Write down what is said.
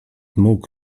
mógł